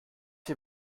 wir